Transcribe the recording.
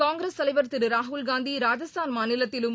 காங்கிரஸ் தலைவர் திருராகுல்காந்தி ராஜஸ்தான் மாநிலத்திலும